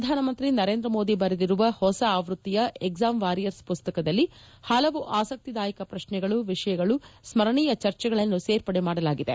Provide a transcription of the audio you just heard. ಪ್ರಧಾನಮಂತ್ರಿ ನರೇಂದ್ರ ಮೋದಿ ಬರೆದಿರುವ ಹೊಸ ಆವೃತ್ತಿಯ ಎಕ್ಸಾಮ್ ವಾರಿಯರ್ಸ್ ಮಸ್ತಕದಲ್ಲಿ ಹಲವು ಆಸಕ್ತಿದಾಯಕ ಪ್ರಶ್ನೆಗಳು ವಿಷಯಗಳು ಸ್ತರಣೀಯ ಚರ್ಚೆಗಳನ್ನು ಸೇರ್ಪಡೆ ಮಾಡಲಾಗಿದೆ